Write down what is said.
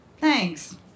Thanks